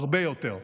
הרבה יותר.